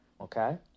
okay